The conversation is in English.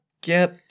get